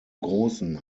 großen